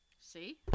See